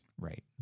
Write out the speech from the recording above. Right